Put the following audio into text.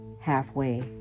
halfway